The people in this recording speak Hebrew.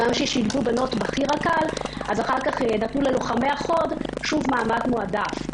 גם כששילבו בנות בחי"ר הקל אז אחר כך נתנו ללוחמי החוד שוב מעמד מועדף.